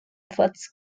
fox